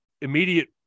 immediate